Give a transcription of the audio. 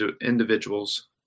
individuals